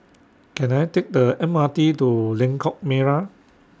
Can I Take The M R T to Lengkok Merak